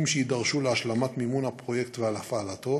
שיידרשו להשלמת מימון הפרויקט ולהפעלתו,